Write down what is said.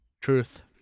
Truth